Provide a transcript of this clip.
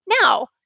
Now